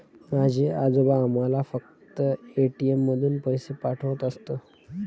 माझे आजोबा आम्हाला फक्त ए.टी.एम मधून पैसे पाठवत असत